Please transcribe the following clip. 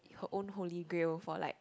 her own Holy Grail for like